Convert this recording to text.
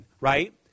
right